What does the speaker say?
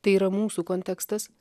tai yra mūsų kontekstas